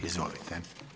Izvolite.